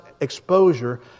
exposure